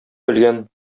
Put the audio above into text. белгән